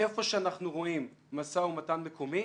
איפה שאנחנו רואים משא ומתן מקומי,